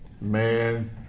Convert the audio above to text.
man